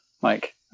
Mike